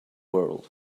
world